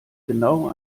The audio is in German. genau